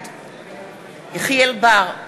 בעד יחיאל חיליק בר,